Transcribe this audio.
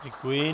Děkuji.